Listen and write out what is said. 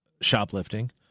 shoplifting